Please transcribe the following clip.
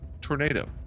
tornado